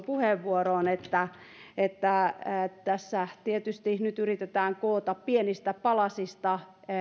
puheenvuoroon toteaisin että tässä tietysti nyt yritetään koota pienistä palasista